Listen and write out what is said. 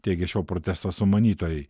teigė šio protesto sumanytojai